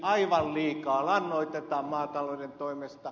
aivan liikaa lannoitetaan maatalouden toimesta